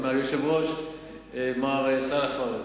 עם היושב-ראש מר סאלח פארס,